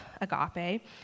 agape